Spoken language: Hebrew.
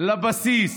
לבסיס: